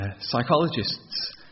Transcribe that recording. psychologist's